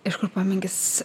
iš kur pomėgis